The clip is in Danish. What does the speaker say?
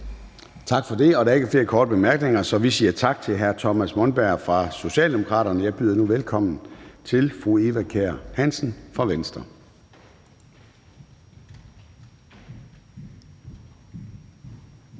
Tak for det. Der er ikke flere korte bemærkninger, så vi siger tak til hr. Thomas Monberg fra Socialdemokraterne. Jeg byder nu velkommen til fru Eva Kjer Hansen fra Venstre.